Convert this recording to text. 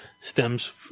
stems